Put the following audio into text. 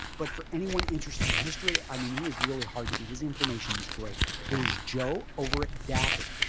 but for anyone interested in history, i mean he is really hard to beat, his information is great there is joe over at dappered.